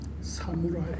samurai